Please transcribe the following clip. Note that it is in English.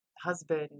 husband